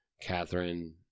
Catherine